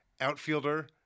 outfielder